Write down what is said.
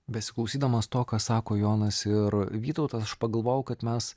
besiklausydamas to ką sako jonas ir vytautas aš pagalvojau kad mes